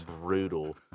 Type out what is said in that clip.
brutal